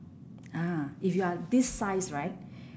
ah if you are this size right